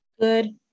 Good